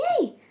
yay